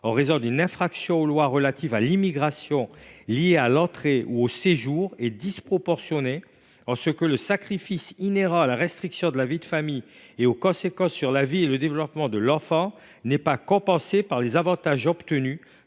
en raison d’une infraction aux lois relatives à l’immigration liée à l’entrée ou au séjour est disproportionnée, en ce que le sacrifice inhérent à la restriction de la vie de famille et aux conséquences sur la vie et le développement de l’enfant n’est pas compensé par les avantages obtenus